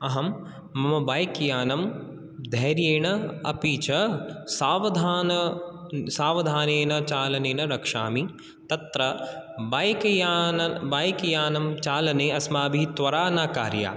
अहं मम बैक् यानं धैर्येण अपि च सावधान सावधानेन चालनेन रक्षामि तत्र बैक् यान बैक् यानं चालने अस्माभिः त्वरा न कार्या